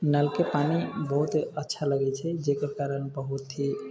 नलके पानि बहुत ही अच्छा लगै छै जकर कारण बहुत ही